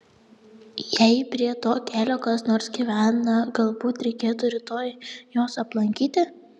jei prie to kelio kas nors gyvena galbūt reikėtų rytoj juos aplankyti